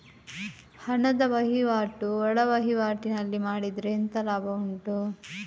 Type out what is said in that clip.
ಹಣದ ವಹಿವಾಟು ಒಳವಹಿವಾಟಿನಲ್ಲಿ ಮಾಡಿದ್ರೆ ಎಂತ ಲಾಭ ಉಂಟು?